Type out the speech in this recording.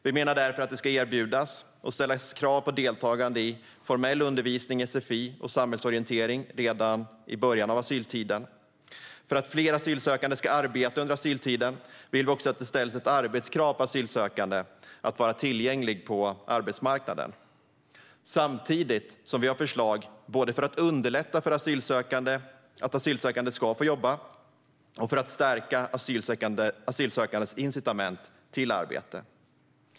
Vi menar därför att det redan i början av asyltiden ska erbjudas och ställas krav på deltagande i formell undervisning i sfi och samhällsorientering. För att fler asylsökande ska arbeta under asyltiden vill vi också att det ställs ett arbetskrav på asylsökande att vara tillgängliga på arbetsmarknaden. Vi har förslag både för att underlätta för asylsökande att få jobba och för att stärka asylsökandes incitament till arbete.